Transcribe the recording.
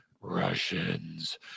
Russians